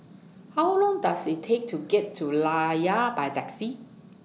How Long Does IT Take to get to Layar By Taxi